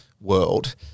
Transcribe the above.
world